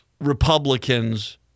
Republicans